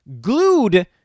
glued